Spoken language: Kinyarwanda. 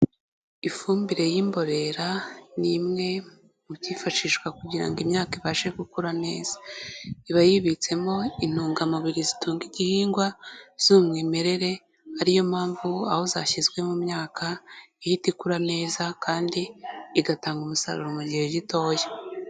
Ifumbire y'imborera ni imwe mu byifashishwa kugira ngo imyaka ibashe gukura neza, iba yibitsemo intungamubiri zitunga igihingwa z'umwimerere ari yo mpamvu aho zashyizwe mu myaka ihita ikura neza kandi igatanga umusaruro mu gihe gitoya.